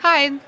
Hi